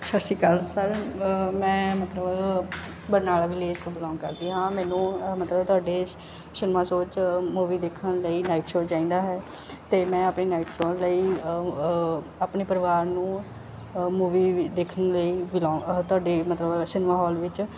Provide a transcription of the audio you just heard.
ਸਤਿ ਸ਼੍ਰੀ ਅਕਾਲ ਸਾਰਿਆਂ ਨੂੰ ਮੈਂ ਮਤਲਬ ਬਰਨਾਲਾ ਵੀਲੇਸ ਬਿਲੋਂਗ ਕਰਦੀ ਹਾਂ ਮੈਨੂੰ ਅ ਮਤਲਬ ਤੁਹਾਡੇ ਸ਼ਰਮਾ ਸਟੋਰ 'ਚ ਮੂਵੀ ਦੇਖਣ ਲਈ ਲਾਇਕ ਸ਼ੋਅ ਚਾਹੀਦਾ ਹੈ ਅਤੇ ਮੈਂ ਆਪਣੇ ਨਾਇਟ ਸ਼ੋਅ ਲਈ ਆਪਣੇ ਪਰਿਵਾਰ ਨੂੰ ਮੂਵੀ ਦੇਖਣ ਲਈ ਅ ਤੁਹਾਡੇ ਮਤਲਵ ਸਿਨੇਮਾ ਹੋਲ ਵਿੱਚ